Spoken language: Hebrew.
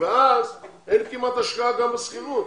אז אין כמעט השקעה גם בשכירות.